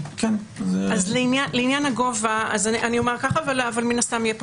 אז לעניין הגובה אומר כך אבל מן הסתם יהיה פה